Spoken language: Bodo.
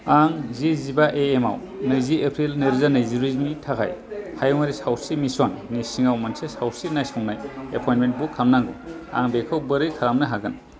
आं जि जिबा एएम आव नैजि एप्रिल नैरोजा नैजिब्रैनि थाखाय हायुंआरि सावस्रि मिसन नि सिङाव मोनसे सावस्रि नायसंनाय एपइन्टमेन्ट बुक खालामनांगौ आं बेखौ बोरै खालामनो हागोन